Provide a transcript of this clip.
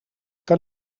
kan